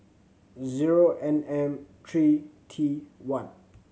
zero N M three T one